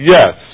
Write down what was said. Yes